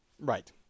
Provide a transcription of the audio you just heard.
Right